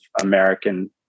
American